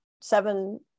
Seven